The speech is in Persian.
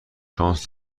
شانس